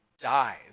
dies